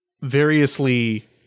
variously